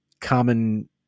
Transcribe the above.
common